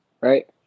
right